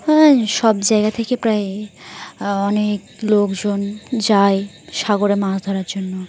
হ্যাঁ সব জায়গা থেকে প্রায় অনেক লোকজন যায় সাগরে মাছ ধরার জন্য